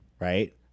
Right